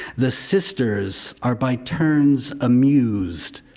the sisters are by turns amused,